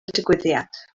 digwyddiad